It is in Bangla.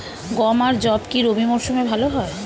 গম আর যব কি রবি মরশুমে ভালো হয়?